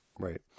Right